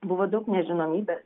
buvo daug nežinomybės